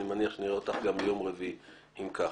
אני מניח שנראה אותך גם ביום רביעי, אם כך.